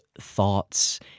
thoughts